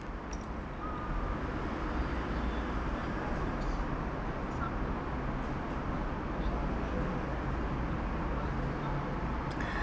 no sometimes